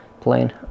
plane